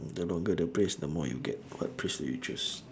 mm the longer the phrase the more you get what phrase do you choose